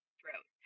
throat